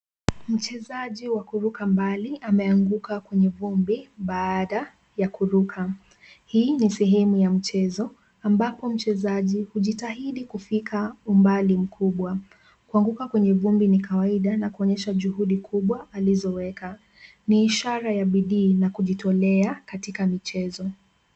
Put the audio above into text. Mchezaji wa kuruka mbali ameanguka kwenye vumbi baada ya kuruka. Hii ni sehemu ya mchezo ambapo mchezaji hujitahidi kufika umbali mkubwa. Kuanguka kwenye vumbi ni kawaida na kuonyesha juhudi kubwa alizoweka. Ni ishara ya bidii na kujitolea katika michezo.